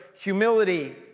humility